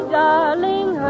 darling